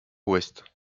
ouest